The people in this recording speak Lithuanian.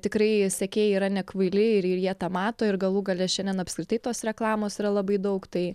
tikrai sekėjai yra nekvaili ir ir jie tą mato ir galų gale šiandien apskritai tos reklamos yra labai daug tai